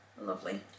Lovely